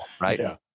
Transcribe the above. right